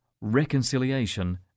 Reconciliation